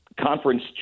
Conference